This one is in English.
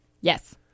Yes